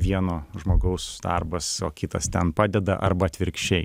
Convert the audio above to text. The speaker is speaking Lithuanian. vieno žmogaus darbas o kitas ten padeda arba atvirkščiai